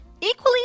equally